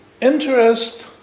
interest